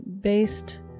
based